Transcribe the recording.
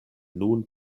nun